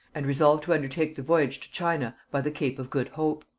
and resolved to undertake the voyage to china by the cape of good hope.